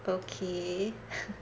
okay